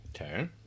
Okay